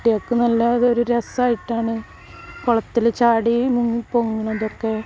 കുട്ടികൾക്ക് നല്ല അതൊരു രസമായിട്ടാണ് കുളത്തിൽ ചാടി മുങ്ങി പൊങ്ങുന്നതൊക്കെ